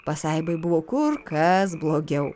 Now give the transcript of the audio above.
pasaibai buvo kur kas blogiau